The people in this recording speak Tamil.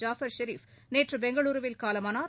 ஜாஃபர் ஷெரீப் நேற்றுபெங்களூருவில் காலமானார்